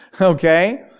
Okay